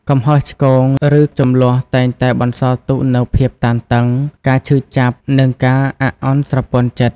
កំហុសឆ្គង ឬជម្លោះតែងតែបន្សល់ទុកនូវភាពតានតឹង ការឈឺចាប់ និងការអាក់អន់ស្រពន់ចិត្ត។